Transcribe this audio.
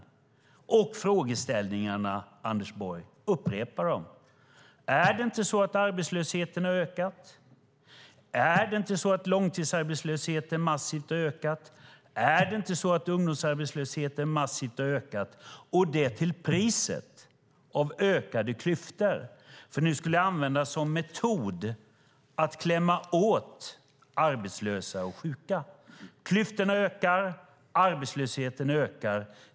Jag upprepar frågeställningarna, Anders Borg: Är det inte så att arbetslösheten har ökat? Är det inte så att långtidsarbetslösheten har ökat massivt? Är det inte så att ungdomsarbetslösheten har ökat massivt? Det sker till priset av ökade klyftor och skulle användas som metod för att klämma åt arbetslösa och sjuka. Klyftorna ökar. Arbetslösheten ökar.